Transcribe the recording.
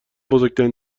بزرگترین